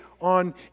on